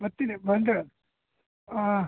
ಮತ್ತಿನ್ನೇನು ಬಂದ್ರೆ ಹಾಂ